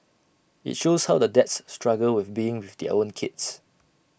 IT shows how the dads struggle with being with their own kids